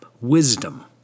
wisdom